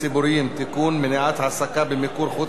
מניעת העסקה במיקור חוץ בשירות הציבורי),